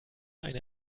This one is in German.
eine